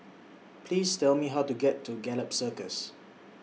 Please Tell Me How to get to Gallop Circus